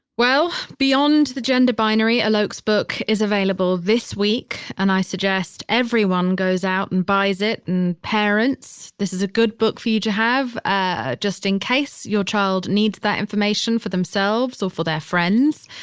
well, beyond the gender binary, alok's book is available this week, and i suggest everyone goes out and buys it and parents. this is a good book for you to have ah just in case your child needs that information for themselves or for their friends.